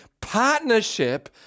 partnership